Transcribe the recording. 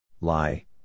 Lie